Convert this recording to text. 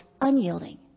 unyielding